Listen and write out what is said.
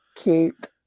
cute